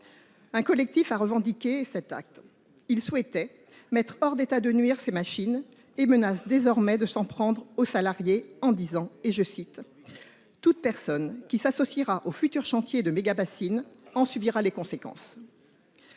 Un collectif a revendiqué cet acte. Il souhaitait mettre hors d’état de nuire ces machines et menace désormais de s’en prendre aux salariés :« Tout acteur qui s’associera aux futurs chantiers de mégabassines […] en subira les conséquences. »